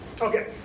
Okay